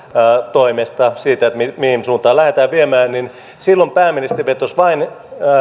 toimesta siitä mihin suuntaan lähdetään viemään niin silloin pääministeri vetosi vain